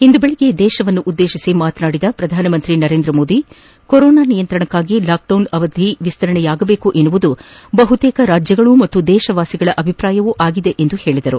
ಇಂದು ಬೆಳಗ್ಗೆ ದೇಶವನ್ನುದ್ದೇಶಿಸಿ ಮಾತನಾಡಿದ ಪ್ರಧಾನಮಂತ್ರಿ ನರೇಂದ್ರ ಮೋದಿ ಕೊರೊನಾ ನಿಯಂತ್ರಣಕ್ಕಾಗಿ ಲಾಕ್ಡೌನ್ ಅವಧಿ ವಿಸ್ತರಣೆಯಾಗಬೇಕು ಎನ್ನುವುದು ಬಹುತೇಕ ರಾಜ್ಯಗಳು ಮತ್ತು ದೇಶವಾಸಿಗಳ ಅಭಿಪ್ರಾಯವೂ ಅಗಿದೆ ಎಂದು ಹೇಳಿದರು